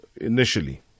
initially